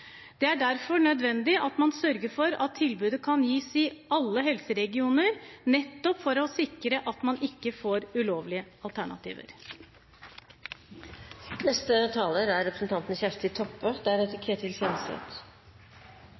Derfor er det nødvendig at man sørger for at tilbudet kan gis i alle helseregioner, nettopp for å sikre at man ikke får ulovlige alternativer. Det er